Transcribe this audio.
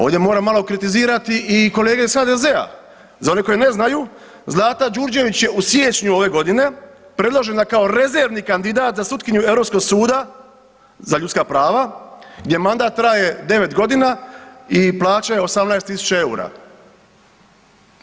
Ovdje moram malo kritizirati i kolege iz HDZ-a, za one koji ne znaju Zlata Đurđević je u siječnju ove godine predložena kao rezervni kandidat za sutkinju Europskog suda za ljudska prava gdje mandat traje 9 godina i plaća je 18.000 EUR-a.